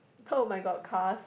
oh-my-god cars